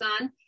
on